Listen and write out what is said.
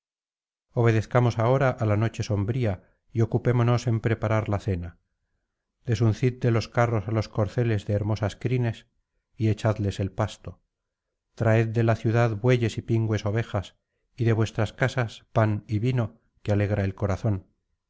obedezcamos ahora á la noche sombría y ocupémonos en preparar la cena desuncid de los carros á los corceles de hermosas crines y echadles el pasto traed de la ciudad bueyes y pingües ovejas y de vuestras casas pan y vino que alegra el corazón